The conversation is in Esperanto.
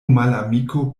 malamiko